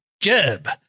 Jeb